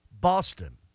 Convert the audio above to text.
Boston